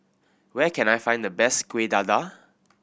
where can I find the best Kuih Dadar